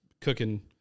cooking